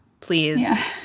please